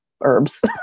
herbs